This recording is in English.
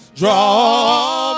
draw